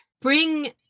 bring